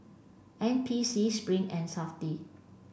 N P C Spring and SAFTI